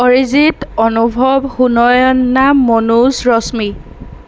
Arijit Anubhav Sunayana Manoj Rashmi